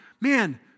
man